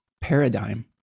paradigm